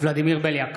ולדימיר בליאק,